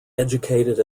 educated